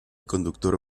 conductor